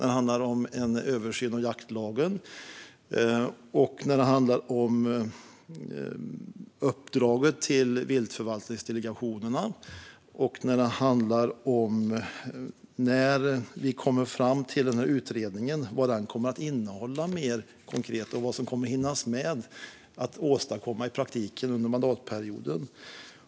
Det handlar om en översyn av jaktlagen och uppdraget till viltförvaltningsdelegationerna. Det gäller vad utredningen kommer att innehålla mer konkret och vad som kommer att hinnas med att åstadkomma i praktiken under mandatperioden.